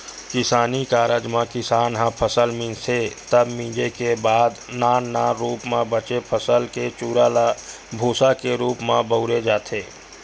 किसानी कारज म किसान ह फसल मिंजथे तब मिंजे के बाद नान नान रूप म बचे फसल के चूरा ल भूंसा के रूप म बउरे जाथे